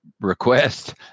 request